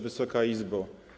Wysoka Izbo!